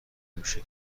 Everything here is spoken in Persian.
میشه